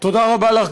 תודה רבה לך,